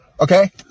Okay